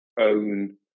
own